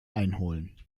einholen